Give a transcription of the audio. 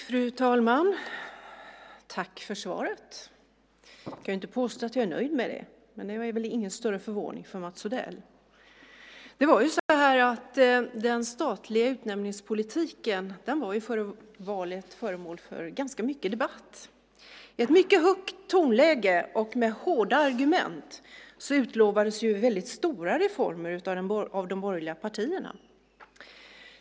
Fru talman! Tack för svaret! Jag kan inte påstå att jag är nöjd med det, men det är väl ingen större överraskning för Mats Odell. Den statliga utnämningspolitiken var inför valet föremål för ganska mycket debatt. Med ett mycket högt tonläge och med hårda argument utlovades väldigt stora reformer av de borgerliga partierna.